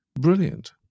Brilliant